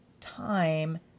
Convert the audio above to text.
time